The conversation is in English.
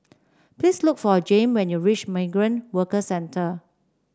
please look for Jame when you reach Migrant Workers Centre